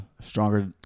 stronger